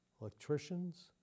electricians